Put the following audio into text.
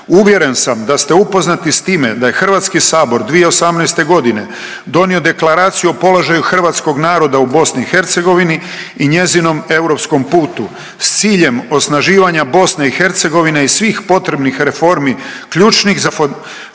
Uvjeren sam da ste upoznati s time da je Hrvatski sabor 2018. godine donio Deklaraciju o položaju hrvatskog naroda u Bosni i Hercegovini i njezinom europskom putu s ciljem osnaživanja Bosne i Hercegovine i svih potrebnih reformi ključnih za